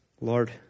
Lord